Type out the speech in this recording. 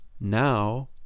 Now